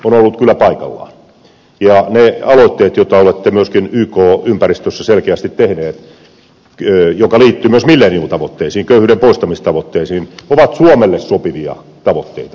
ja ne aloitteet joita olette yk ympäristössä selkeästi tehnyt jotka liittyvät myös millenium tavoitteisiin köyhyyden poistamistavoitteisiin ovat suomelle sopivia tavoitteita